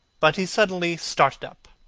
but he suddenly started up,